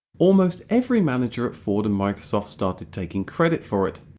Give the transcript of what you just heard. almost every manager at ford and microsoft started taking credit for it!